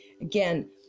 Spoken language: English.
Again